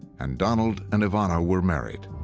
and donald and ivana were married.